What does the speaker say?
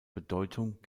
bedeutung